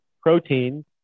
protein